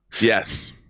yes